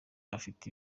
bafite